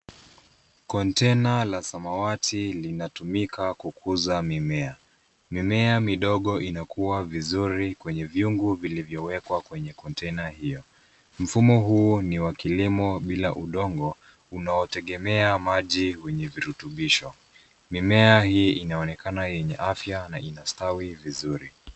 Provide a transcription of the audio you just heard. Kontena la samawati linatumika kukuza mimea. Mimea midogo inakua vizuri kwenye vyungu vilivyowekwa kwenye kontena hiyo. Mfumo huu ni wa kilimo bila udongo unaotegemea maji wenye virutubisho. Mimea hii inaonekana yenye afya na inastawi vizuri.